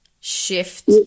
shift